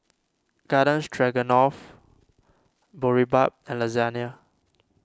Garden Stroganoff Boribap and Lasagna